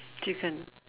chicken